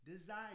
desire